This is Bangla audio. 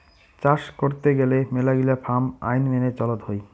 চাস করত গেলে মেলাগিলা ফার্ম আইন মেনে চলত হই